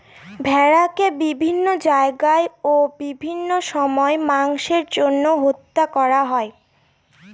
ভেড়াকে বিভিন্ন জায়গায় ও বিভিন্ন সময় মাংসের জন্য হত্যা করা হয়